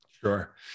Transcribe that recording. Sure